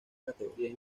categorías